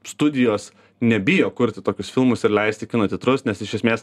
studijos nebijo kurti tokius filmus ir leist į kino teatrus nes iš esmės